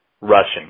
rushing